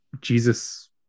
Jesus